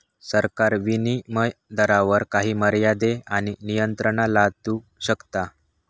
सरकार विनीमय दरावर काही मर्यादे आणि नियंत्रणा लादू शकता